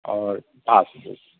आओर पासबुक